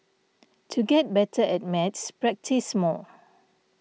to get better at maths practise more